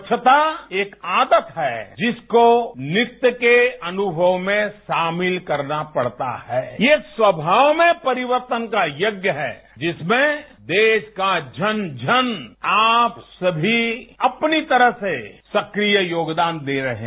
स्वच्छता एक आदत हणजिसको नित्य के अन्भव में शामिल करना पड़ता हण ये सुवभाव में परिवर्तन का यज्ञ हण जिसमें देश का जन जन आप सभी अपनी तरह से सक्रिय योगदान दे रहे हैं